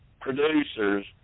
producers